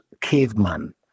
Caveman